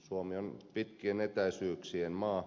suomi on pitkien etäisyyksien maa